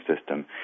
system